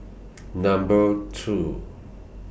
Number two